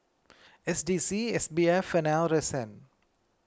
S D C S B F and R S N